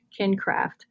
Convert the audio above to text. kincraft